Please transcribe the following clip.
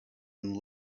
and